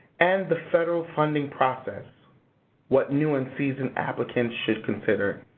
and the federal funding process what new and seasoned applicants should consider.